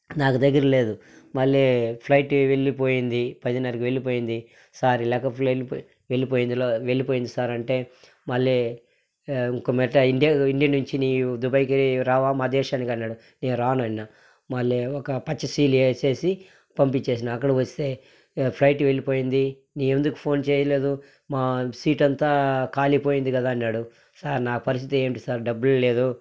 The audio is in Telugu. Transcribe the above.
నాకు దగ్గర లేదు మళ్ళీ ఫ్లైట్ వెళ్ళిపోయింది పదిన్నరకి వెళ్ళిపోయింది సార్ ఇలాగ ఫ్లై వెళ్ళిపోయింది వెళ్ళిపోయింది సార్ అంటే మళ్ళీ ఇంక మీటా ఇండియా నుంచి నీవు దుబాయ్కి రావా మా దేశానికి అన్నాడు నేను రాను అన్నా మళ్ళీ ఒక పచ్చ సీలు వేసేసి పంపించేసిన అక్కడికి వస్తే ఫ్లైట్ వెళ్ళిపోయింది నేను ఎందుకు ఫోన్ చేయలేదు మా సీట్ అంతా కాలిపోయింది కదా అన్నాడు సార్ నా పరిస్థితి ఏంటి సార్ డబ్బులు లేదు